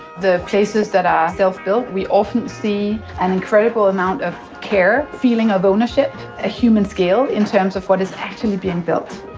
the places that are self-built, we often see an incredible amount of care, feeling of ownership, a human scale in terms of what is actually being built.